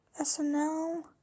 SNL